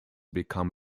become